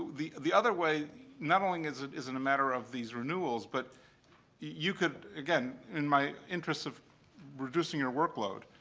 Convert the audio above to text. the the other way not only is it is it a matter of these renewals but you could again, in my interest of reducing your workload,